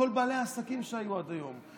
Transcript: כל בעלי העסקים שהיו עד היום,